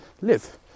live